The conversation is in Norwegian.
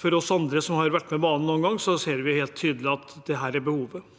vi andre som har vært med banen noen ganger, ser helt tydelig behovet,